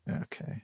Okay